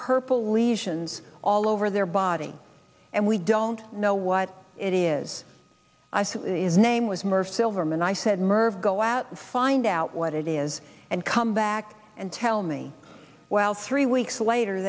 purple lesions all over their body and we don't know what it is i said name was merciful verman i said merv go out find out what it is and come back and tell me well three weeks later